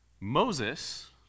Moses